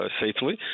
safely